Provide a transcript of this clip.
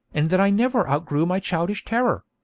and that i never outgrew my childish terror.